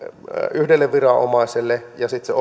yhdelle viranomaiselle ja se